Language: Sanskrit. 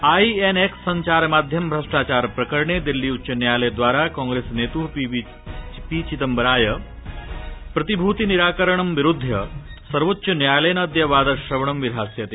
आई एन एक्स सञ्चार माध्यम भ्रष्टाचार प्रकरणे दिल्ली उच्चन्यायालय द्वारा कांग्रेस नेत्रे पी चिदम्बराय प्रतिभूति निराकरणं विरूध्य सर्वोच्च न्यायालयेन अद्य वादश्रवणं विधास्यते